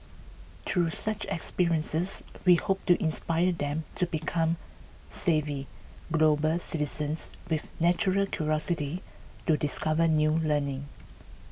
through such experiences we hope to inspire them to become savvy global citizens with natural curiosity to discover new learning